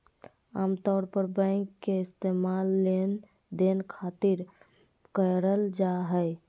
आमतौर पर बैंक के इस्तेमाल लेनदेन खातिर करल जा हय